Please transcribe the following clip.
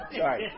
sorry